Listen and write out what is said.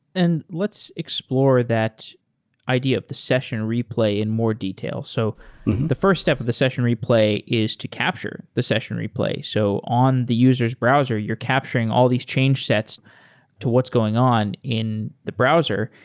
and let's explore that idea of the session replay in more detail. so the first step of the session replay is to capture the session replay. so on the user's browser, you're capturing all these change sets to what's going on in the browser.